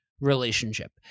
relationship